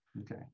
Okay